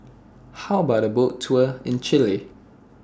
How about A Boat Tour in Chile